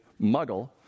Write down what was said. Muggle